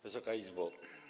Wysoka Izbo!